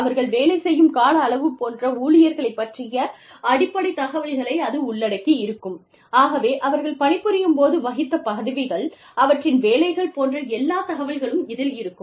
அவர்கள் வேலை செய்யும் காலளவு போன்ற ஊழியர்களைப் பற்றிய அடிப்படை தகவல்களை அது உள்ளடக்கி இருக்கும்' ஆகவே அவர்கள் பணி புரியும் போது வகித்த பதவிகள் அவற்றின் வேலைகள் போன்ற எல்லாத் தகவல்களும் இதில் இருக்கும்